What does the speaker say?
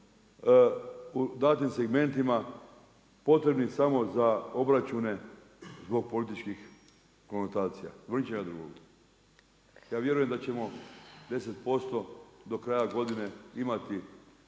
u datim segmentima potrebni samo za obračune zbog političkih konotacija, zbog ničega drugog. Ja vjerujem da ćemo 10% do kraja godine imati